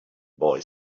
boy